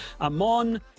Amon